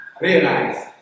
realize